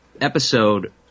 episode